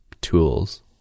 tools